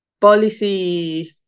policy